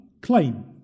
claim